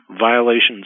violations